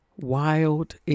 wild